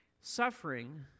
Suffering